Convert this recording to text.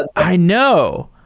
ah i know.